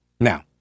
Now